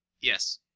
yes